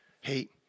hate